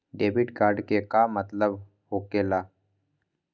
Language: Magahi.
डेबिट कार्ड के का मतलब होकेला?